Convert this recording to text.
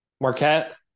Marquette